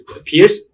appears